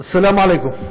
סלאם עליכום.